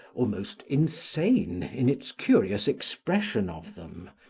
almost insane in its curious expression of them,